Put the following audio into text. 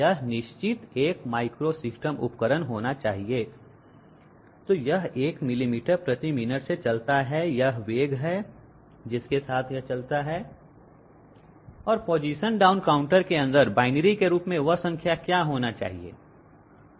यह निश्चित एक माइक्रोसिस्टम उपकरण होना चाहिए तो यह 1 मिलीमीटर प्रति मिनट से चलता है यह वेग है जिसके साथ यह चलता है और पोजीशन डाउन काउंटर के अंदर बाइनरी के रूप में वह संख्या क्या होना चाहिए